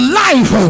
life